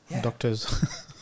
doctors